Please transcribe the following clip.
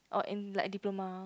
oh in like diploma